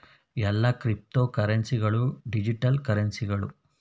ಎಲ್ಲಾ ಕ್ರಿಪ್ತೋಕರೆನ್ಸಿ ಗಳು ಡಿಜಿಟಲ್ ಕರೆನ್ಸಿಗಳು